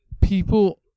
People